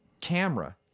camera